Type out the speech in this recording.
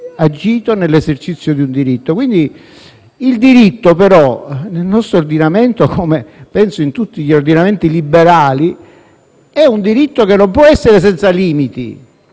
agito nell'esercizio di un diritto. Il diritto, però, nel nostro ordinamento - come, penso, in tutti gli ordinamenti liberali - non può essere senza limiti.